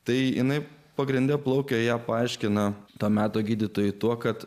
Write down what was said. tai jinai pagrinde plaukioja paaiškina to meto gydytojai tuo kad